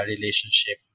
relationship